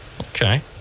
okay